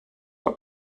are